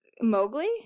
Mowgli